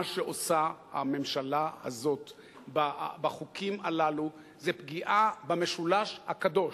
מה שעושה הממשלה הזאת בחוקים הללו זה פגיעה במשולש הקדוש,